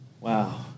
wow